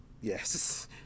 yes